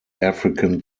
african